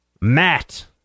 Matt